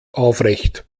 aufrecht